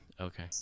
Okay